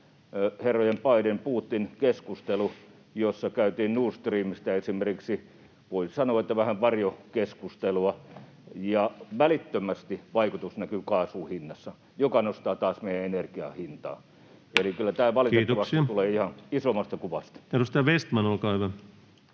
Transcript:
herrojen Biden ja Putin keskustelu, jossa käytiin esimerkiksi Nord Streamista, voisi sanoa, vähän varjokeskustelua, ja välittömästi vaikutus näkyy kaasun hinnassa, joka nostaa taas meidän energiamme hintaa. Eli kyllä tämä valitettavasti tulee ihan isommasta kuvasta. Kiitoksia. — Edustaja Vestman, olkaa hyvä.